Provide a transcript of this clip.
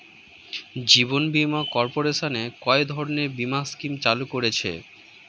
জীবন বীমা কর্পোরেশন কয় ধরনের বীমা স্কিম চালু করেছে?